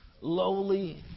Lowly